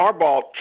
Harbaugh